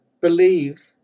believe